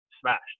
smashed